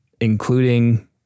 including